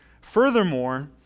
Furthermore